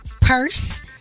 purse